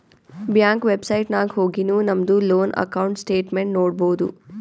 bank website ನಾಗ್ ಹೊಗಿನು ನಮ್ದು ಲೋನ್ ಅಕೌಂಟ್ ಸ್ಟೇಟ್ಮೆಂಟ್ ನೋಡ್ಬೋದು